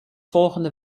volgende